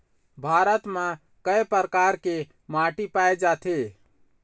भारत म कय प्रकार के माटी पाए जाथे?